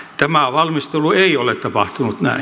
tämä valmistelu ei ole tapahtunut näin